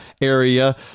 area